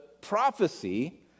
prophecy